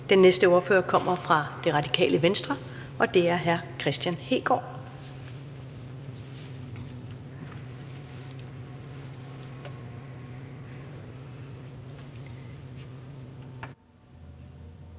Den næste ordfører kommer fra Det Radikale Venstre, og det er hr. Kristian Hegaard.